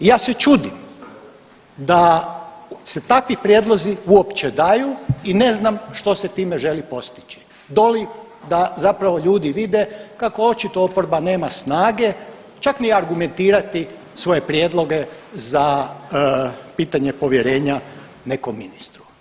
I ja se čudim da se takvi prijedlozi uopće daju i ne znam što se time želi postići doli da zapravo ljudi vide kako očito oporba nema snage čak ni argumentirati svoje prijedloge za pitanje povjerenja nekom ministru.